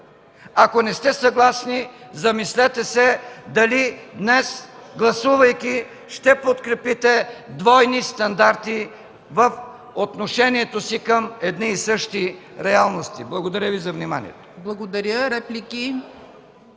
Ако не сте съгласни, замислете се дали днес, гласувайки, ще подкрепите двойни стандарти в отношението си към едни и същи реалности. Благодаря Ви за вниманието.